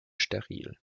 steril